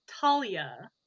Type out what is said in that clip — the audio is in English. Talia